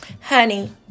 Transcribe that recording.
Honey